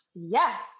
Yes